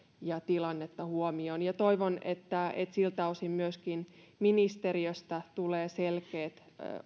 ja tilannetta huomioon toivon että että siltä osin myöskin ministeriöstä tulee selkeät